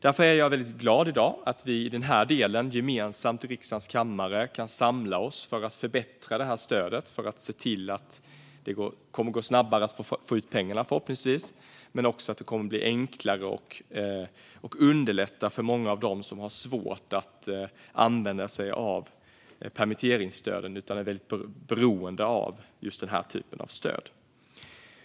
Därför är jag i dag glad för att vi i den här delen gemensamt i riksdagens kammare kan samla oss för att förbättra stödet, för att se till att det förhoppningsvis kommer att gå snabbare att få ut pengarna och att det kommer att underlätta för dem som har svårt att använda sig av permitteringsstöden utan är beroende av den här typen av stöd.